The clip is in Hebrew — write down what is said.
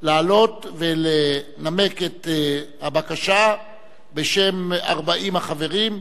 לעלות ולנמק את הבקשה בשם 40 החברים,